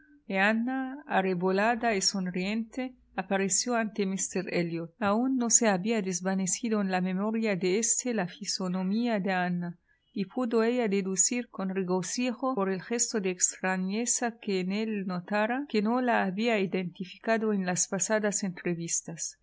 arrebolada y sonriente apareció ante míster elliot aun no se había desvanecido en la memoria de éste la fisonomía de ana y pudo ella deducir con regocijo por el gesto de extrañeza que en él notara que no la había identificado en las pasadas entrevistas